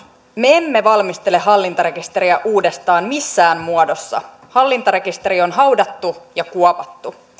me emme valmistele hallintarekisteriä uudestaan missään muodossa hallintarekisteri on haudattu ja kuopattu